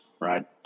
Right